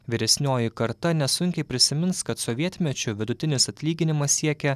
vyresnioji karta nesunkiai prisimins kad sovietmečiu vidutinis atlyginimas siekė